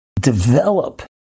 develop